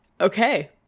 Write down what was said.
Okay